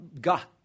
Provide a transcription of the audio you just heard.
God